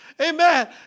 amen